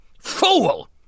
fool